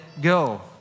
go